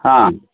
आम्